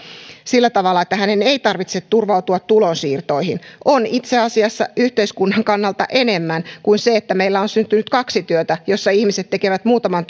sillä tavalla että hänen ei tarvitse turvautua tulonsiirtoihin on itse asiassa yhteiskunnan kannalta enemmän kuin se että meillä on syntynyt kaksi työtä joissa ihmiset tekevät muutaman